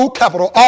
capital